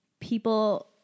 people